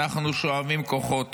אנחנו שואבים כוחות,